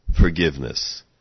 forgiveness